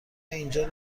اینجا